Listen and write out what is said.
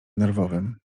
nerwowym